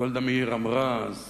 גולדה מאיר אמרה אז